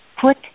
put